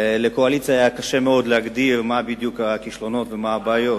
לקואליציה היה קשה מאוד להגדיר מה בדיוק הכישלונות ומה הבעיות.